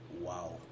Wow